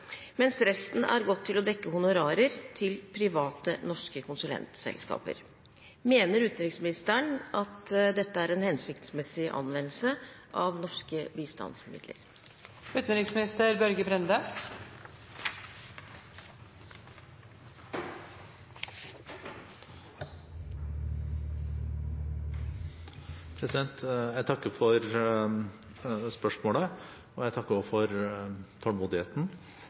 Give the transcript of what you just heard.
mens resten er gått til å dekke honorarer til private norske konsulentselskaper. Mener utenriksministeren at dette er en hensiktsmessig anvendelse av norske bistandsmidler?» Jeg takker for spørsmålet, og jeg takker også for tålmodigheten.